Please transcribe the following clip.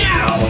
Now